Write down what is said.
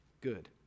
good